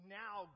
now